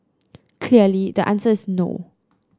clearly the answer is no